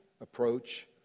approach